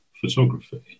photography